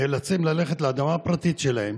הם נאלצים ללכת לאדמה הפרטית שלהם,